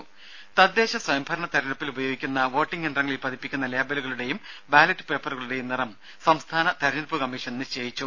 രംഭ തദ്ദേശ സ്വയംഭരണ തിരഞ്ഞെടുപ്പിൽ ഉപയോഗിക്കുന്ന വോട്ടിംഗ് യന്ത്രങ്ങളിൽ പതിപ്പിക്കുന്ന ലേബലുകളുടെയും ബാലറ്റ് പേപ്പറുകളുടെയും നിറം സംസ്ഥാന തിരഞ്ഞെടുപ്പ് കമ്മീഷൻ നിശ്ചയിച്ചു